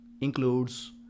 includes